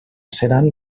seran